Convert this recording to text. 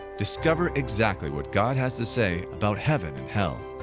discover exactly what god has to say about heaven and hell.